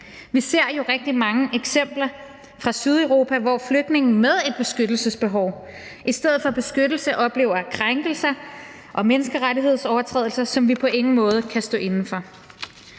Vi ser jo rigtig mange eksempler fra Sydeuropa, hvor flygtninge med et beskyttelsesbehov i stedet for beskyttelse oplever krænkelser og menneskerettighedsovertrædelser, som vi på ingen måde kan stå inde for.